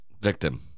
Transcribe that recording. victim